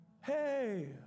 Hey